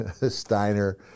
Steiner